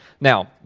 Now